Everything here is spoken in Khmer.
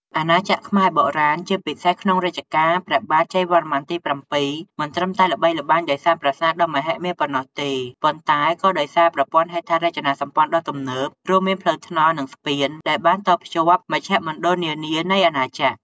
អាណាចក្រខ្មែរបុរាណ ជាពិសេសក្នុងរជ្ជកាលព្រះបាទ ជ័យវរ្ម័នទី៧ មិនត្រឹមតែល្បីល្បាញដោយសារប្រាសាទដ៏មហិមាប៉ុណ្ណោះទេ ប៉ុន្តែក៏ដោយសារប្រព័ន្ធហេដ្ឋារចនាសម្ព័ន្ធដ៏ទំនើប រួមមាន ផ្លូវថ្នល់ និងស្ពាន ដែលបានតភ្ជាប់មជ្ឈមណ្ឌលនានានៃអាណាចក្រ។